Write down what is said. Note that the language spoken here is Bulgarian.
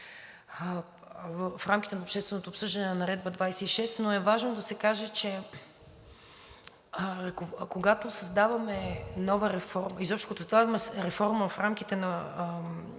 в рамките на общественото обсъждане на Наредба № 26, но е важно да се каже, че когато създаваме нова реформа, изобщо, като създаваме реформа в рамките на